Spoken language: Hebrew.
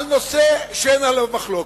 על נושא שאין עליו מחלוקת,